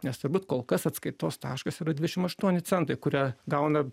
nes turbūt kol kas atskaitos taškas yra dvidešim aštuoni centai kurią gauna